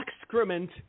excrement